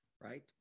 right